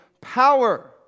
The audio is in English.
power